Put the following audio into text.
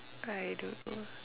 I don't know